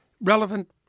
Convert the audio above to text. relevant